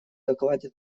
докладе